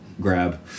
grab